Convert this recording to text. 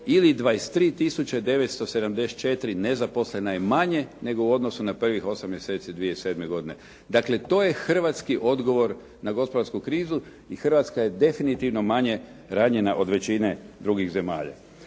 tisuće 974 nezaposlena je manje nego u odnosu na prvih 8 mjeseci 2007. godine. Dakle, to je hrvatski odgovor na gospodarsku krizu i Hrvatska je definitivno manje ranjena od većine drugih zemalja.